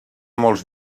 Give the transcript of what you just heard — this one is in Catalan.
molts